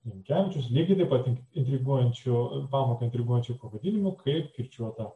rinkevičius lygiai taip pat intriguojančiu pamoką intriguojančiu pavadinimu kaip kirčiuota